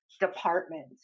department